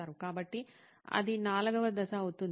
కాబట్టి అది 4 వ దశ అవుతుంది